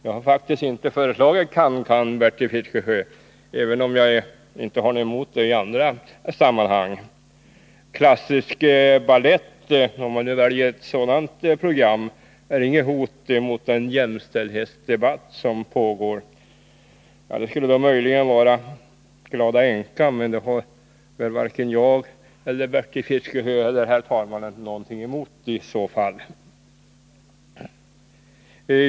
Jag har faktiskt inte föreslagit cancan, Bertil Fiskesjö, även om jag inte har någonting emot det i andra sammanhang. Klassisk balett — om man nu väljer ett sådant program — är inget hot mot jämställdheten. Det skulle möjligen vara Glada änkan, men det har väl varken Bertil Fiskesjö, herr talmannen eller jag någonting emot i så fall.